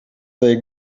they